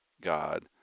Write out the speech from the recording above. God